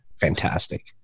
fantastic